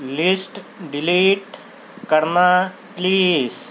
list delete کرنا please